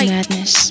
Madness